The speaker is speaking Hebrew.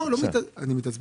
ניתן לעשות